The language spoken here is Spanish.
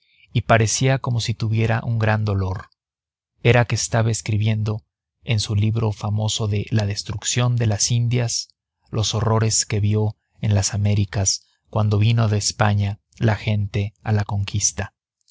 y parecía como si tuviera un gran dolor era que estaba escribiendo en su libro famoso de la destrucción de las indias los horrores que vio en las américas cuando vino de españa la gente a la conquista